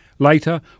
Later